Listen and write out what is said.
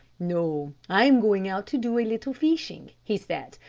no, i'm going out to do a little fishing, he said,